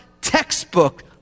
textbook